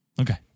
Okay